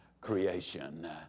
creation